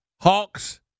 Hawks